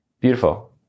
Beautiful